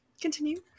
Continue